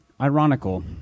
ironical